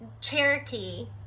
Cherokee